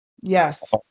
Yes